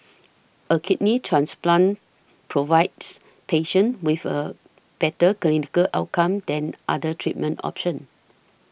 a kidney transplant provides patients with a better clinical outcome than other treatment options